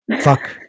Fuck